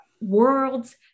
worlds